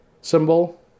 symbol